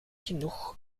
genoeg